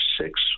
six